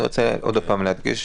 אני רוצה עוד פעם להדגיש,